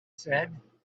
said